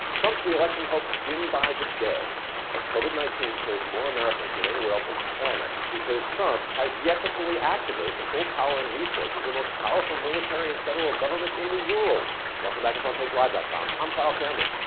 trump's re-election hopes dim by the day as covid nineteen kills more americans than anywhere else on the planet because trump has yet to fully activate the full power and resource is the most powerful military and federal government in the world. welcome back in front page live dot com i'm carl cameron.